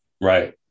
Right